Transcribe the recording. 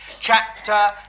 Chapter